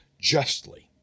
justly